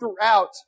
throughout